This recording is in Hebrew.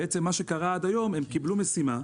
מה שקרה עד היום הם קיבלו משימה,